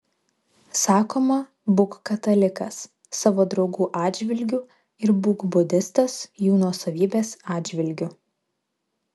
sakoma būk katalikas savo draugų atžvilgių ir būk budistas jų nuosavybės atžvilgiu